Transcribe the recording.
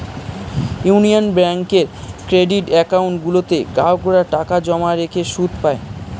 union ব্যাঙ্কের credit account গুলোতে গ্রাহকরা টাকা জমা রেখে সুদ পায়